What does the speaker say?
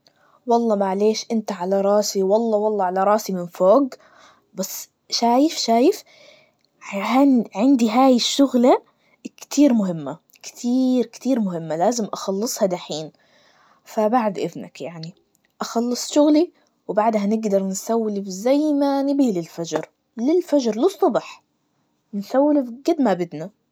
والله معليش, انت على راسي والله والله على راسي من فوج, بص, شايف شايف, هيعن- عندي هاي الشغلة كتير مهمة, كتيير كتيرمهمة, لازم أخلصها دحين, فبعد إذنك يعني, أخلص شغلي, وبعدها نقدر نسوي اللي بزي ما نبي للفجر, للفجر, للصبح, نسولف زي ما بدنا.